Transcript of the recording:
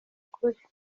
kure